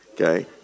Okay